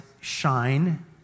shine